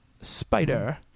Spider